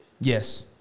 Yes